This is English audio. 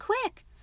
quick